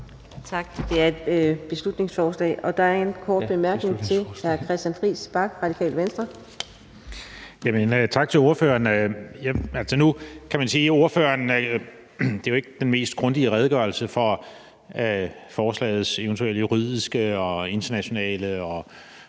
Tak. Det er et beslutningsforslag. Der er en kort bemærkning til hr. Christian Friis Bach, Radikale Venstre. Kl. 18:17 Christian Friis Bach (RV): Tak til ordføreren. Der er jo ikke den mest grundige redegørelse for forslagets eventuelle juridiske og internationale